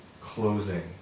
closing